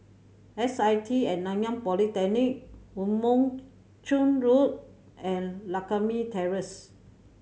S I T At Nanyang Polytechnic Woo Mon Chew Road and Lakme Terrace